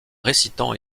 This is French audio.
récitant